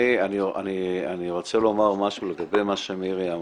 אני רוצה לומר משהו לגבי מה שמירי אמרה.